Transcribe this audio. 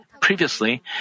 previously